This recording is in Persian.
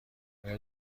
آیا